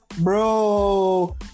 Bro